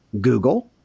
Google